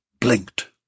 blinked